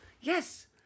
yes